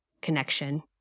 connection